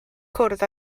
cwrdd